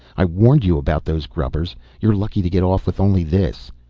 i warned you about those grubbers. you're lucky to get off with only this.